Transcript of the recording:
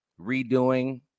redoing